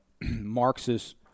Marxist